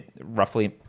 roughly